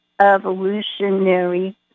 Evolutionary